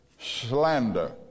Slander